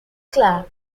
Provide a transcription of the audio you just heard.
club